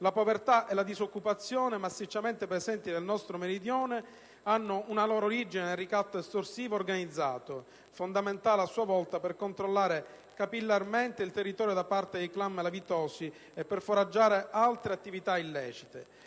La povertà e la disoccupazione massicciamente presenti nel nostro Meridione hanno una loro origine nel ricatto estorsivo organizzato, fondamentale, a sua volta, per controllare capillarmente i territori da parte dei *clan* malavitosi e per foraggiare altre attività illecite.